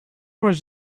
was